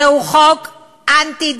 זהו חוק אנטי-דמוקרטי.